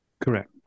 Correct